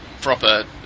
proper